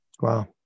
wow